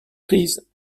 prise